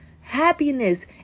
Happiness